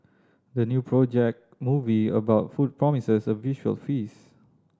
the new project movie about food promises a visual feast